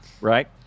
right